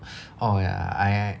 oh ya I I